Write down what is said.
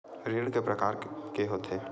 ऋण के प्रकार के होथे?